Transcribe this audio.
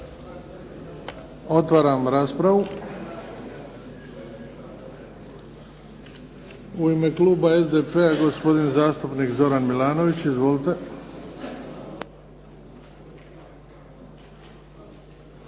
Otvaram raspravu. U ime kluba SDP-a, gospodin zastupnik Zoran Milanović. Izvolite.